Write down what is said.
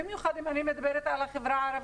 אם אני מדברת במיוחד על החברה הערבית,